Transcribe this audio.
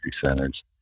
centers